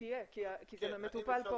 תהיה כי זה מטופל פה.